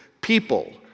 people